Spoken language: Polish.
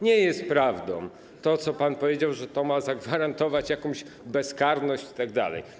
Nie jest prawdą to, co pan powiedział, że to ma zagwarantować jakąś bezkarność itd.